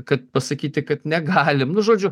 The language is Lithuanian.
kad pasakyti kad negalim nu žodžiu